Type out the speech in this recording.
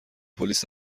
پلیس